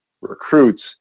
recruits